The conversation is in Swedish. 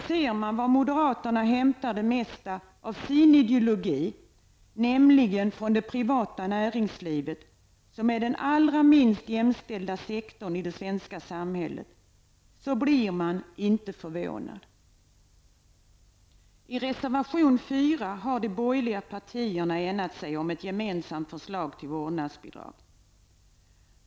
Ser man varifrån moderaterna hämtar det mesta av sin ideologi, nämligen från det privata näringslivet som är den allra minst jämställda sektorn i det svenska samhället, blir man inte förvånad. I reservation 4 har de borgerliga partierna enas sig om ett gemensamt förslag till vårdnadsbidrag.